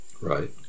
Right